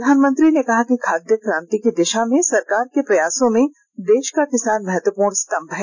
प्रधानमंत्री ने कहा कि खाद्य क्रान्ति की दिशा में सरकार के प्रयासों में देश का किसान महत्वपूर्ण स्तम्भ है